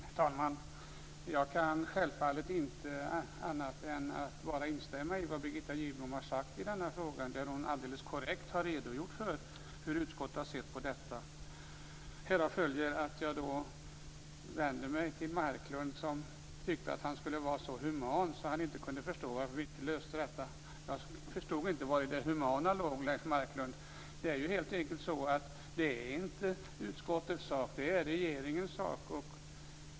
Herr talman! Jag kan självfallet inte annat än bara instämma i vad Birgitta Gidblom har sagt i denna fråga. Hon har alldeles korrekt redogjort för utskottets syn på frågan. Därav följer att jag vänder mig till Marklund, som tyckte att han skulle vara så human att han inte kunde förstå varför vi inte löste problemet. Jag förstod inte vari det humana låg, Leif Marklund. Det är helt enkelt inte utskottets sak, utan det är regeringens sak.